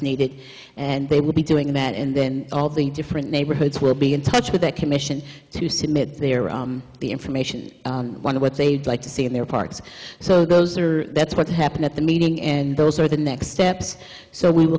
needed and they will be doing that and then all the different neighborhoods will be in touch with that commission to submit the information one of what they'd like to see in their parts so those are that's what happened at the meeting and those are the next steps so we will